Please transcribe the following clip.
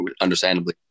understandably